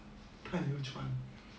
探油船